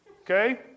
okay